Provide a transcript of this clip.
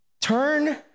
Turn